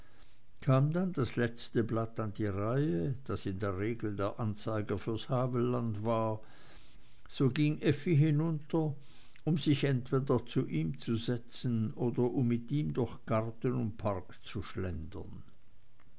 kam dann das letzte blatt an die reihe das in der regel der anzeiger fürs havelland war so ging effi hinunter um sich entweder zu ihm zu setzen oder um mit ihm durch garten und park zu schlendern